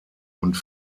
und